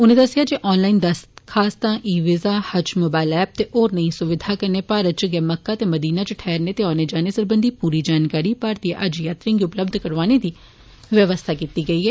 उनें दस्सेआ जे आनलाईन दरखास्तए ई वीज़ाए हज मोबाईल ऐपए ते होर नेईएं स्विधाएं कन्नै भारत च गै मक्का ते मदीना च ठैहने ते औने जाने सरबंधी प्री जानकारी भारतीय हजयात्रिएं गी उपलब्ध कराने दी व्यवस्था कीती गेदी ऐ